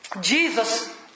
Jesus